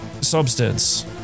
Substance